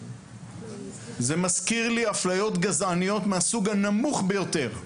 זה מזכיר לי אפליות גזעניות מהסוג הנמוך ביותר.